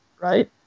Right